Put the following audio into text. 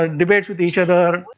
ah debates with each other.